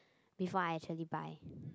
before I actually buy